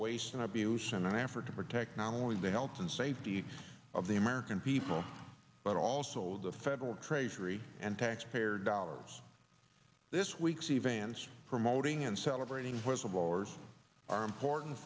waste and abuse in an effort to protect not only the health and safety of the american people but also the federal treasury and taxpayer dollars this week's events promoting and celebrating whistleblowers are important